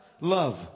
love